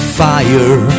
fire